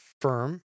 firm